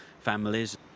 families